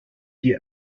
die